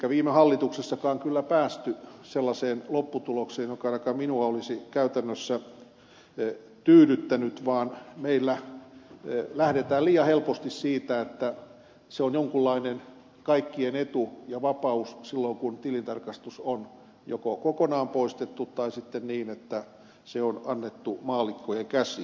eikä viime hallituksessakaan kyllä päästy sellaiseen lopputulokseen joka ainakaan minua olisi käytännössä tyydyttänyt vaan meillä lähdetään liian helposti siitä että se on jonkunlainen kaikkien etu ja vapaus silloin kun tilintarkastus on joko kokonaan poistettu tai on sitten niin että se on annettu maallikkojen käsiin